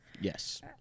yes